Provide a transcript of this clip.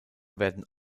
werden